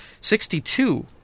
Sixty-two